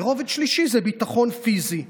ורובד שלישי זה ביטחון פיזי,